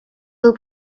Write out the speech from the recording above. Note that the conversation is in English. who